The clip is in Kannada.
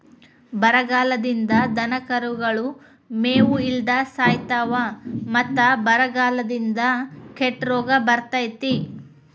ಬರಗಾಲದಿಂದ ದನಕರುಗಳು ಮೇವು ಇಲ್ಲದ ಸಾಯಿತಾವ ಮತ್ತ ಬರಗಾಲದಿಂದ ಕೆಟ್ಟ ರೋಗ ಬರ್ತೈತಿ